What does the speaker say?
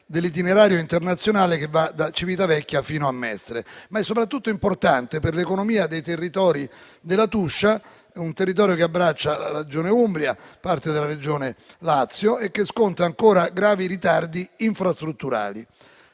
dell'itinerario internazionale che va da Civitavecchia fino a Mestre, ma soprattutto è importante per l'economia dei territori della Tuscia, un territorio che abbraccia la ragione Umbria, parte della regione Lazio e che sconta ancora gravi ritardi infrastrutturali.